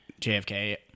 JFK